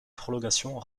prolongation